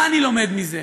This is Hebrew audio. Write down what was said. מה אני לומד מזה?